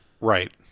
Right